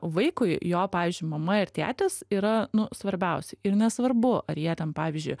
vaikui jo pavyzdžiui mama ir tėtis yra nu svarbiausi ir nesvarbu ar jie ten pavyzdžiui